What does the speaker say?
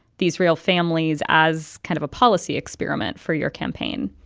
these real families, as kind of a policy experiment for your campaign